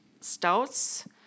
stouts